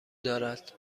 دارد